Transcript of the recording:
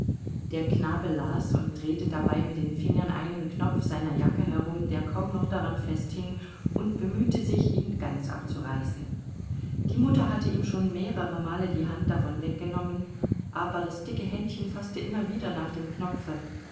der knabe las und drehte dabei mit den fingern einen knopf seiner jacke herum der kaum noch daran festhing und bemühte sich ihn ganz abzureißen die mutter hatte ihm schon mehrere male die hand davon weggenommen aber das dicke händchen faßte immer wieder nach dem knopfe